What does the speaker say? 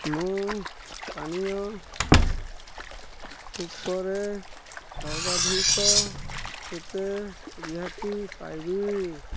ମୁଁ ପାନୀୟ ଉପରେ ସର୍ବାଧିକ କେତେ ରିହାତି ପାଇବି